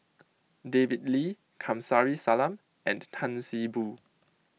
David Lee Kamsari Salam and Tan See Boo